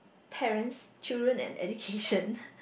parents children and education